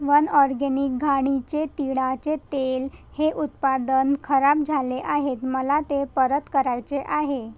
one organic घाणीचे तिळाचे तेल हे उत्पादन खराब झाले आहेत मला ते परत करायचे आहे